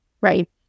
right